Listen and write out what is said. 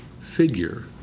figure